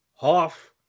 half